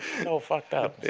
so fucked up.